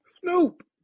Snoop